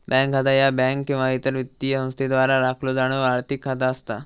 bank खाता ह्या bank किंवा इतर वित्तीय संस्थेद्वारा राखलो जाणारो आर्थिक खाता असता